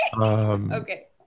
Okay